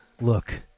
Look